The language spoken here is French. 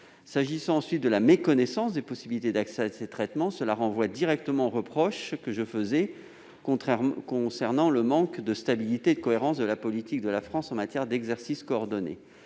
possibles. Quant à la méconnaissance des possibilités d'accès à ces traitements, elle renvoie directement au reproche que j'ai formulé concernant le manque de stabilité et de cohérence de la politique de la France en matière d'exercice coordonné.